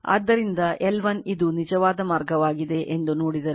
ಆದ್ದರಿಂದ L 1 ಇದು ನಿಜವಾದ ಮಾರ್ಗವಾಗಿದೆ ಎಂದು ನೋಡಿದರೆ